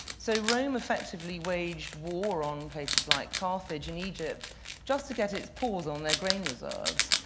so rome effectively waged war on places like carthage and egypt just to get its paws on their grain reserves.